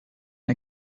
and